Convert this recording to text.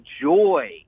joy